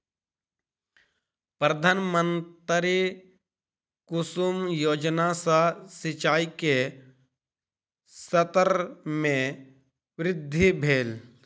प्रधानमंत्री कुसुम योजना सॅ सिचाई के स्तर में वृद्धि भेल